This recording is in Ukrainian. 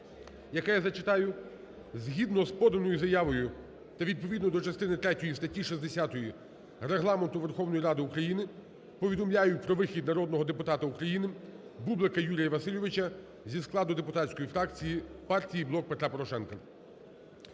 яке я зачитаю: "Згідно з поданою заявою та відповідно до частини третьої статті 60 Регламенту Верховної Ради України повідомляю про вихід народного депутата України Бублика Юрія Васильовичу зі складу депутатської фракції партії "Блок Петра Порошенка".